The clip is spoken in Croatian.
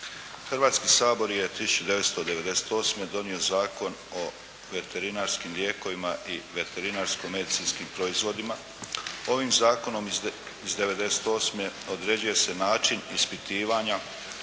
Hrvatski sabor je 1998. donio Zakon o veterinarskim lijekovima i veterinarsko-medicinskim proizvodima. Ovim zakonom iz '98. određuje se način ispitivanja